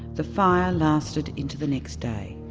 the fire lasted into the next day.